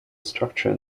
structure